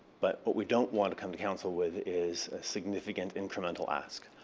but what we don't want to come to council with is a significant incremental ask.